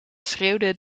schreeuwde